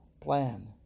plan